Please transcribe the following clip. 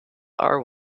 are